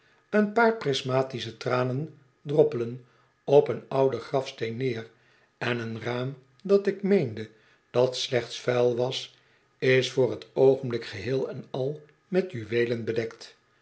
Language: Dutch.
oen paar prismatische tranen droppelen op een ouden grafsteen neer en een raam dat ik meende dat slechts vuil was is voor t oogenblik geheel en al met juweelen bedekt